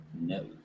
No